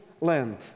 land